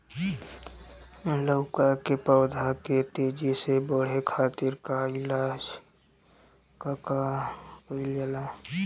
लउका के पौधा के तेजी से बढ़े खातीर का कइल जाला?